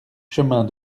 chemin